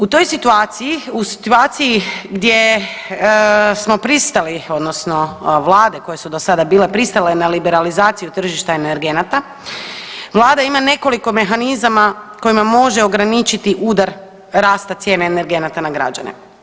U toj situaciji, u situaciji gdje smo pristali odnosno Vlade koje su do sada bile pristale na liberalizaciju tržišta energenata, Vlada ima nekoliko mehanizama kojima može ograničiti udar rasta cijene energenata na građane.